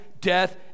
death